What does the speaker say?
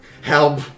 Help